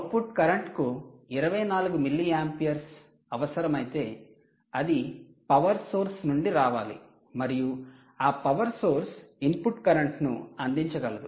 output కరెంట్కు 24 milliamperes అవసరమైతే అది పవర్ సోర్స్ నుండి రావాలి మరియు ఆ పవర్ సోర్స్ ఇన్పుట్ కరెంట్ను అందించగలదు